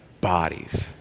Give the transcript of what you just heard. bodies